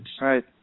Right